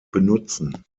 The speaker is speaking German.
benutzen